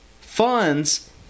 funds